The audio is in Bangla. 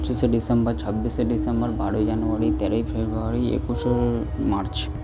পঁচিশে ডিসেম্বর ছাব্বিশে ডিসেম্বর বারোই জানুয়ারি তেরোই ফেবুয়ারি একুশে মার্চ